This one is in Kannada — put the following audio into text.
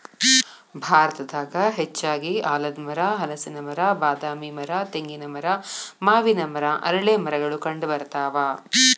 ಭಾರತದಾಗ ಹೆಚ್ಚಾಗಿ ಆಲದಮರ, ಹಲಸಿನ ಮರ, ಬಾದಾಮಿ ಮರ, ತೆಂಗಿನ ಮರ, ಮಾವಿನ ಮರ, ಅರಳೇಮರಗಳು ಕಂಡಬರ್ತಾವ